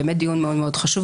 באמת דיון מאוד חשוב.